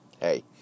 Hey